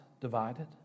divided